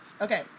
Okay